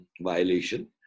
violation